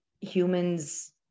humans